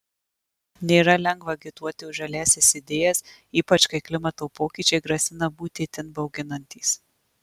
nėra lengva agituoti už žaliąsias idėjas ypač kai klimato pokyčiai grasina būti itin bauginantys